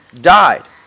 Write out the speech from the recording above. died